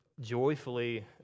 joyfully